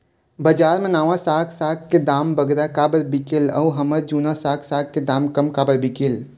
बजार मा नावा साग साग के दाम बगरा काबर बिकेल अऊ हमर जूना साग साग के दाम कम काबर बिकेल?